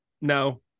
no